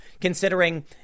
considering